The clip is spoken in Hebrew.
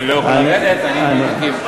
אני לא יכול לרדת, אני עם אזיקים.